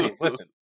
Listen